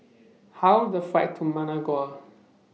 How The Flight to Managua